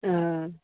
हाँ